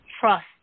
trust